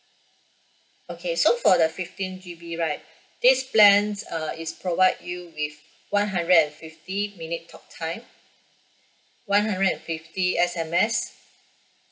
okay so for the fifteen G_B right this plans err is provide you with one hundred and fifty minute talk time one hundred fifty S_M_S